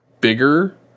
bigger